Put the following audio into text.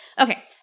Okay